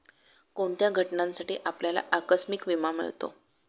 कोणत्या घटनांसाठी आपल्याला आकस्मिक विमा मिळतो?